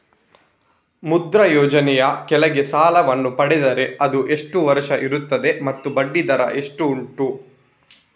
ಮುದ್ರಾ ಯೋಜನೆ ಯ ಕೆಳಗೆ ಸಾಲ ವನ್ನು ಪಡೆದರೆ ಅದು ಎಷ್ಟು ವರುಷ ಇರುತ್ತದೆ ಮತ್ತು ಬಡ್ಡಿ ದರ ಎಷ್ಟು ಉಂಟು?